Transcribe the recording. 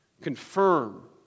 confirm